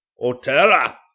Otera